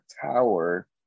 tower